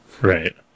Right